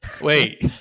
Wait